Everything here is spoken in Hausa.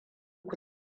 ku